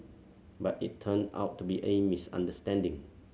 but it turned out to be a misunderstanding